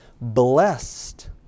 Blessed